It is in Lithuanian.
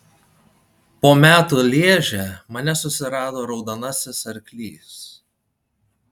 po metų lježe mane susirado raudonasis arklys